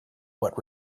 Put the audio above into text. what